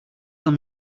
tell